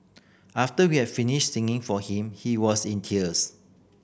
after we have finished singing for him he was in tears